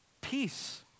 Peace